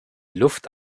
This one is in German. luft